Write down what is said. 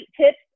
tips